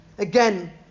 Again